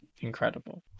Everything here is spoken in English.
Incredible